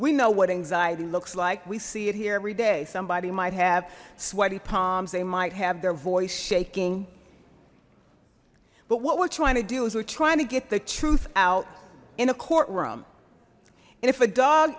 anxiety looks like we see it here every day somebody might have sweaty palms they might have their voice shaking but what we're trying to do is we're trying to get the truth out in a courtroom and if a dog